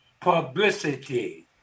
publicity